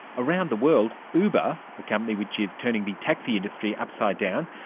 around the world, uber, a company which is turning the taxi industry upside-down,